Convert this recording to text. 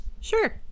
Sure